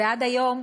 ועד היום,